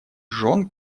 жен